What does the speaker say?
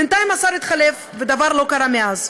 בינתיים הוא התחלף, ודבר לא קרה מאז.